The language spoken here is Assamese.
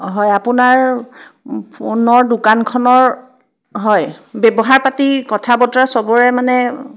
হয় আপোনাৰ ফোনৰ দোকানখনৰ হয় ব্যৱহাৰ পাতি কথা বতৰা সবৰে মানে